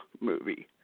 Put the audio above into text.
movie